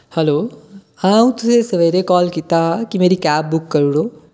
hello अ'ऊं तुसेंगी सवेरा काल कीता हा कि मेरी कैब बुक करी ओड़ो